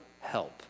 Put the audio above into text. help